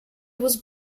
was